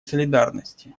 солидарности